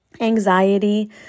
anxiety